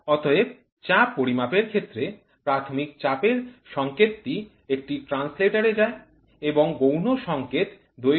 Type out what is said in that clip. অতএব চাপ পরিমাপের ক্ষেত্রে প্রাথমিক চাপের সংকেতটি একটি ট্রান্সলেটর এ যায় এবং গৌণ সংকেত দৈর্ঘ্য টি পর্যবেক্ষকের চোখে যায়